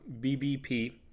BBP